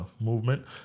movement